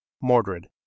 mordred